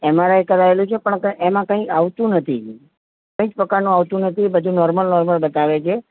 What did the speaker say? M R I કરાયેલું છે પણ કંઈ એમાં કંઈ આવતું નથી કોઈ જ પ્રકારનું આવતું નથી બધું નોર્મલ નોર્મલ બતાવે છે